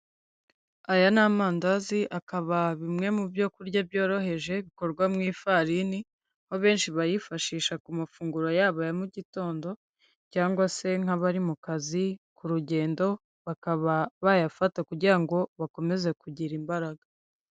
Aya ni amandazi akabaha bimwe mu byo kurya byoroheje bikorwa mu ifarini, aho benshi bayifashisha ku mafunguro yabo ya mu mu gitondo cyangwa se nk'abari mu kazi, ku rugendo bakaba bayafata kugira ngo bakomeze kugira imbaraga.